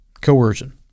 Coercion